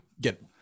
get